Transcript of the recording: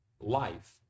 life